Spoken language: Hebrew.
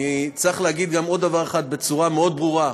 צריך להגיד גם עוד דבר אחד, בצורה מאוד ברורה: